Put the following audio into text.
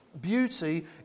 Beauty